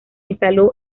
instaló